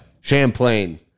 Champlain